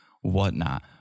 whatnot